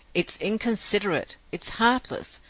it's inconsiderate, it's heartless,